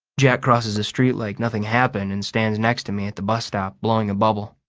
jack crosses the street like nothing happened and stands next to me at the bus stop, blowing a bubble.